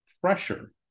pressure